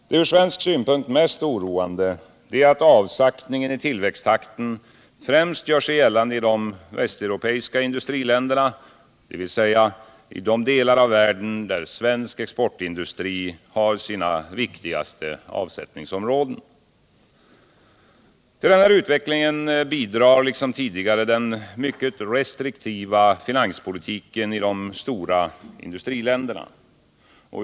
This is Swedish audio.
Det ur svensk synpunkt mest oroande är att avsaktningen i tillväxttakten främst gör sig gällande i de västeuropeiska industriländerna, dvs. i de delar av världen där svensk exportindustri har sina viktigaste avsättningsområden. Nr 42 Till denna utveckling bidrar liksom tidigare den mycket restriktiva Onsdagen den finanspolitiken i de stora industriländerna.